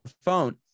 phone